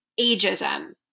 ageism